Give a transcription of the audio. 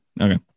Okay